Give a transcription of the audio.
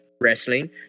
wrestling